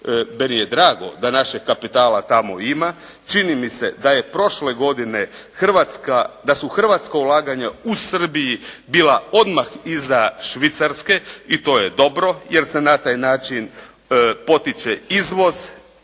meni je drago da našeg kapitala tamo ima. Čini mi se da je prošle godine Hrvatska, da su hrvatska ulaganja u Srbiji bila odmah iza Švicarske i to je dobro jer se na taj način potiče izvoz.